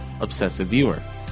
obsessiveviewer